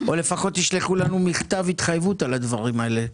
או לפחות תשלחו לנו מכתב התחייבות על הדברים האלה,